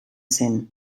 zen